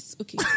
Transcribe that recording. Okay